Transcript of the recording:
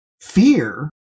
fear